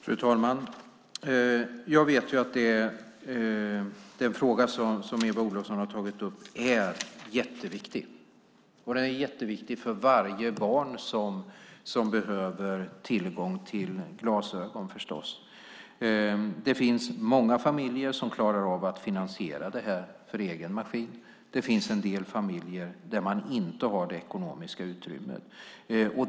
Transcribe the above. Fru talman! Jag vet att den fråga som Eva Olofsson har tagit upp är jätteviktig för varje barn som behöver glasögon. Det finns många familjer som klarar av att finansiera detta för egen maskin, men det finns också en del familjer där man inte har det ekonomiska utrymmet.